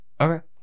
Okay